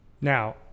now